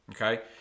Okay